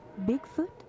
Bigfoot